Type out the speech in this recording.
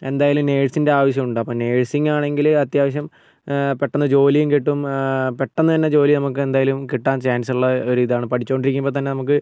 എന്തായാലും നേഴ്സിൻ്റെ ആവശ്യമുണ്ട് അപ്പോൾ നേഴ്സിങ്ങാണെങ്കിൽ അത്യാവശ്യം പെട്ടന്ന് ജോലീം കിട്ടും പെട്ടന്ന് തന്നെ ജോലി നമുക്ക് എന്തായാലും കിട്ടാൻ ചാൻസുള്ള ഒരിതാണ് പഠിച്ചുകൊണ്ടിരിക്കുമ്പോൾ തന്നെ നമുക്ക്